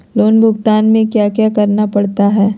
loan भुगतान में क्या क्या करना पड़ता है